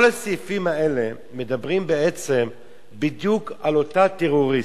כל הסעיפים האלה מדברים בעצם בדיוק על אותה טרוריסטית,